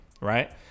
Right